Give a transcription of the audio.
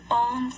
own